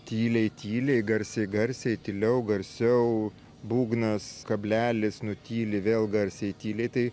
tyliai tyliai garsiai garsiai tyliau garsiau būgnas kablelis nutyli vėl garsiai tyliai tai